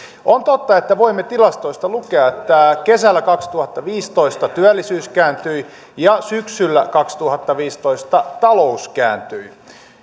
on totta että voimme tilastoista lukea että kesällä kaksituhattaviisitoista työllisyys kääntyi ja syksyllä kaksituhattaviisitoista talous kääntyi